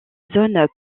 zone